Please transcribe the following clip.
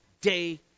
day